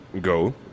go